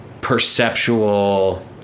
perceptual